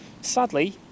Sadly